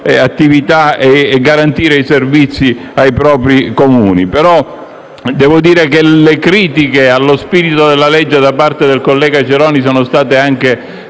attività e garantire i servizi ai propri Comuni. Devo dire però che le critiche allo spirito del disegno di legge da parte del collega Ceroni sono state in